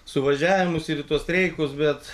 suvažiavimus ir į tuos streikus bet